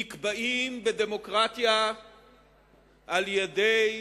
נקבעים בדמוקרטיה על-ידי